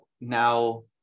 now